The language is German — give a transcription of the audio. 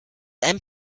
einem